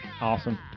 Awesome